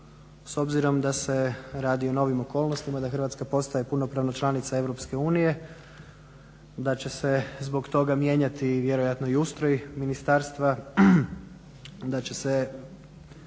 s obzirom da se radi o novim okolnostima da Hrvatska postaje punopravna članica EU, da će se zbog toga mijenjati vjerojatno i ustroj ministarstva, da će se